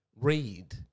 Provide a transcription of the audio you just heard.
read